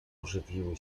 ożywiły